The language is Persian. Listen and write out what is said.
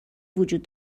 وجود